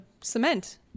cement